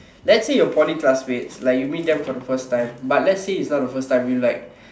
let's say your Poly classmates like you meet them for he first time but let's say it's not the first time you like